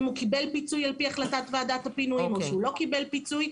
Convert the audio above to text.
אם הוא קיבל פיצוי על פי החלטת ועדת הפינויים או שהוא לא קיבל פיצוי.